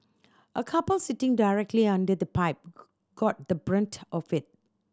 a couple sitting directly under the pipe got the brunt of it